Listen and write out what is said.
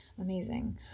amazing